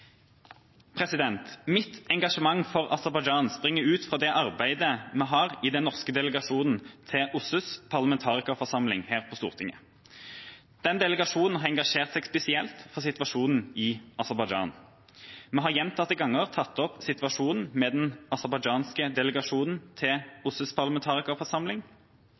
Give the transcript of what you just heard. Mitt engasjement for Aserbajdsjan springer ut fra arbeidet i den norske delegasjonen til OSSEs parlamentarikerforsamling her på Stortinget. Denne delegasjonen har engasjert seg spesielt for situasjonen i Aserbajdsjan. Vi har gjentatte ganger tatt opp situasjonen med den aserbajdsjanske delegasjonen til OSSEs parlamentarikerforsamling,